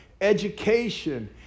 education